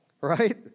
Right